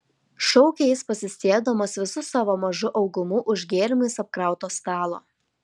šaukė jis pasistiebdamas visu savo mažu augumu už gėrimais apkrauto stalo